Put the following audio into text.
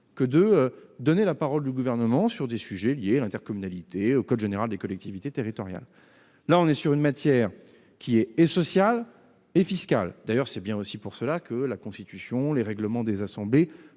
de donner la parole du Gouvernement sur des sujets liés à l'intercommunalité, au code général des collectivités territoriales. Or nous parlons là d'une matière à la fois sociale et fiscale. D'ailleurs, c'est bien pour cela que la Constitution et les règlements des assemblées